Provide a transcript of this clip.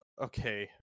okay